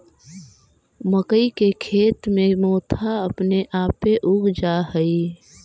मक्कइ के खेत में मोथा अपने आपे उग जा हई